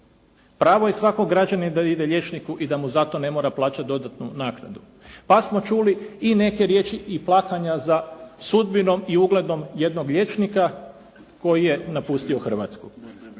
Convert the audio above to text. Pravo je svakog građanina da ide liječniku i da mu za to ne mora plaćati dodatnu naknadu. Pa smo čuli i neke riječi i plakanja za sudbinom i ugledom jednog liječnika koji je napustio Hrvatsku.